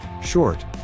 Short